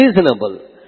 reasonable